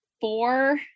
four